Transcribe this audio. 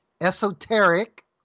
esoteric